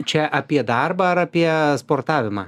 čia apie darbą ar apie sportavimą